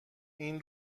این